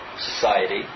society